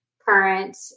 current